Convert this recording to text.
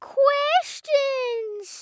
questions